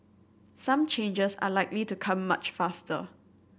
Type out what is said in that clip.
some changes are likely to come much faster